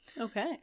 Okay